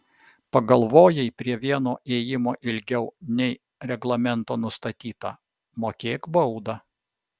pagalvojai prie vieno ėjimo ilgiau nei reglamento nustatyta mokėk baudą